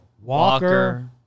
Walker